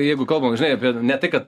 jeigu kalbam žinai apie ne tai kad